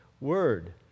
Word